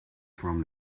from